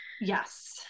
Yes